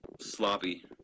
sloppy